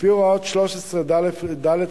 על-פי הוראות סעיף 13ד לחוק,